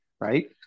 right